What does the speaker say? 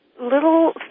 little